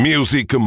Music